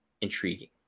intriguing